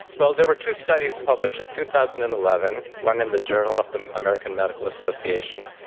well, there were two studies published in two thousand and eleven, one in the journal of the american medical association,